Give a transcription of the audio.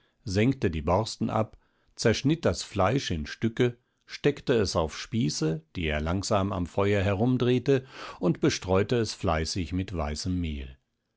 sengte die borsten ab zerschnitt das fleisch in stücke steckte es auf spieße die er langsam am feuer herumdrehte und bestreute es fleißig mit weißem mehl